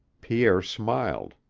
pierre smiled.